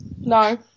no